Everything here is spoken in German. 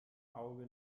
auge